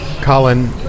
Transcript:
Colin